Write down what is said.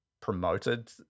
promoted